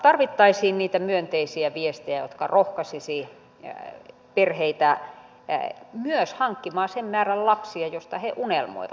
tarvittaisiin myönteisiä viestejä jotka rohkaisisivat perheitä myös hankkimaan sen määrän lapsia josta he unelmoivat